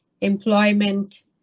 employment